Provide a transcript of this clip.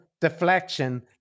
deflection